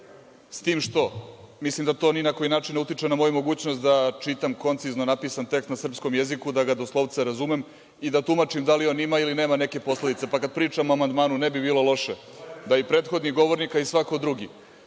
S tim što, mislim da to ni na koji način ne utiče na moju mogućnost da čitam koncizno napisan tekst na srpskom jeziku, da ga doslovce razumem i da tumačim da li on ima ili nema neke posledice. Pa kada pričamo o amandmanu, ne bi bilo loše da i prethodni govornik, a i svako drugi